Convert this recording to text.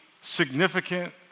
significant